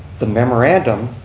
the memorandum,